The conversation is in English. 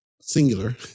singular